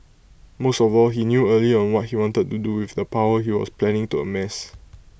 most of all he knew early on what he wanted to do with the power he was planning to amass